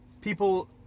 people